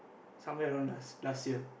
somewhere around last last year